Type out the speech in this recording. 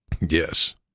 Yes